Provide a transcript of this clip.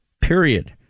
period